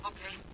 Okay